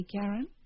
Karen